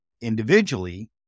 Individually